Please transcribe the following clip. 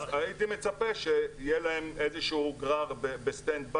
אז הייתי מצפה שיהיה להם איזה שהוא גרר בסטנד-ביי